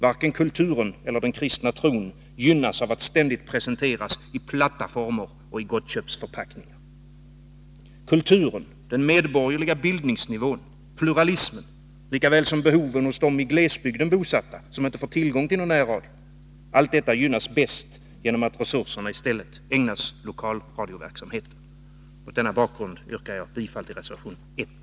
Varken kulturen eller den kristna tron gynnas av att ständigt presenteras i platta former och i gottköpsförpackningar. Kulturen, den medborgerliga bildningsnivån, pluralismen, lika väl som behoven hos de i glesbygden bosatta, som inte får tillgång till någon närradio — allt detta gynnas bäst genom att resurserna i stället ägnas lokalradioverksamheten. Mot denna bakgrund yrkar jag bifall till reservation 1.